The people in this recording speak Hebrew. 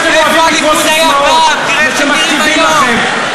אני יודע שאתם אוהבים לקרוא ססמאות שמכתיבים לכם,